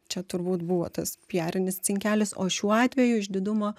čia turbūt buvo tas piarinis cinkelis o šiuo atveju išdidumo